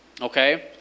Okay